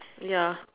ya